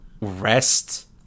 rest